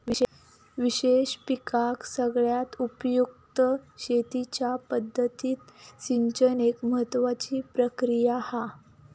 विशेष पिकांका सगळ्यात उपयुक्त शेतीच्या पद्धतीत सिंचन एक महत्त्वाची प्रक्रिया हा